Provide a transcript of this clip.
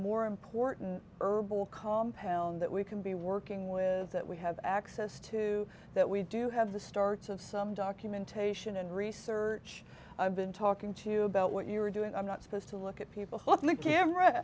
more important herbal compound that we can be working with that we have access to that we do have the starts of some documentation and research i've been talking to you about what you're doing i'm not supposed to look at people ho